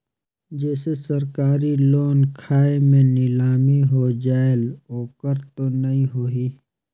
जैसे सरकारी लोन खाय मे नीलामी हो जायेल ओकर तो नइ होही?